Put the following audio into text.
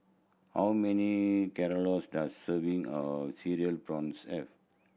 how many does serving of Cereal Prawns have